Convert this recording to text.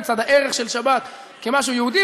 מצד הערך של שבת כמשהו יהודי,